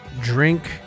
Drink